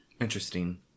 interesting